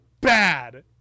Bad